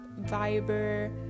Viber